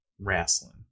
Wrestling